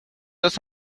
dos